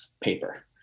paper